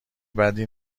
بدی